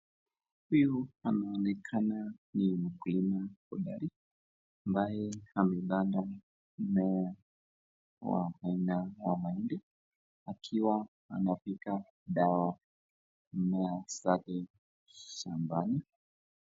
Huyu anaonekana ni mkulima hodari, ambaye amepanda mmea wa aina ya mahindi, akiwa anapiga dawa mimea zake shambani.